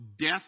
death